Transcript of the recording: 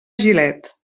gilet